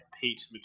Pete